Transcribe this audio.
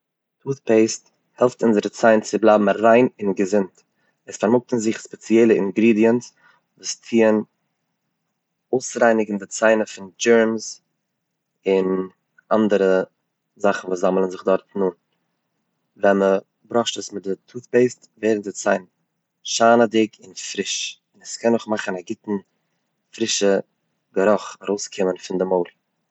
טוטפעיסט העלפן אונזער ציינער צו בלייבן ריין און געזונט, עס פארמאגט אין זיך ספעציעלע אינגרעדיענטס וואס טוען אויסרייניגן די ציינער פון זשערמס און אנדערע זאכן וואס זאמלען זיך דארט אן, ווען מען בראשט עס מיט די טוטפעיסט ווערט די ציין שיינעדיג און פריש, עס קען אויך מאכן א גוטע פרישע גערוך ארויסקומען פון די מויל.